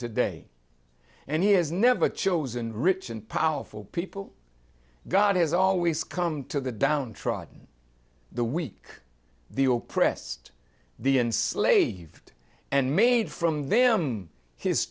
today and he has never chosen rich and powerful people god has always come to the downtrodden the weak the old pressed the enslaved and made from them his